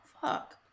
fuck